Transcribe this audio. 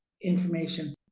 information